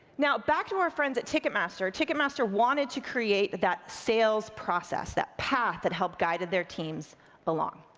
now, back to our friends at ticketmaster. ticketmaster wanted to create that that sales process, that path that helped guided their teams along,